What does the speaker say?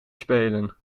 spelen